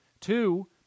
Two